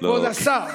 כבוד השר,